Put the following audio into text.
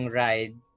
ride